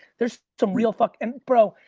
there's some real fuck and bro,